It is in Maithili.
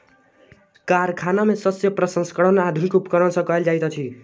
कारखाना में शस्य प्रसंस्करण आधुनिक उपकरण सॅ कयल जाइत अछि